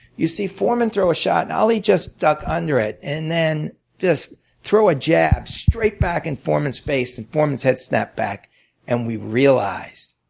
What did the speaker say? you see foreman throw a shot, and ali just duck under it and then just throw a jab straight back in foreman's face and foreman's head snapped back and we realized,